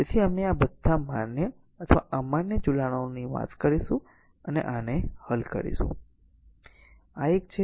તેથી અમે આ બધા માન્ય અથવા અમાન્ય જોડાણો કરીશું તેથી આને હલ કરીશું